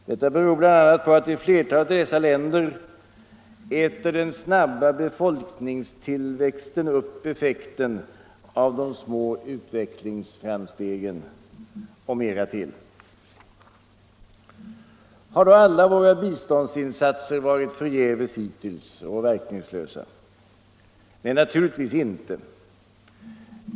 Detta beror bl.a. på att i flertalet av dessa länder äter den snabba befolkningstillväxten upp effekten av de små utvecklingsframstegen — och mera till. Har då alla våra biståndsinsatser hittills varit förgäves och verkningslösa? Nej, naturligtvis inte.